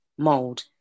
mold